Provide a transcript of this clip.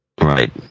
Right